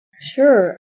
Sure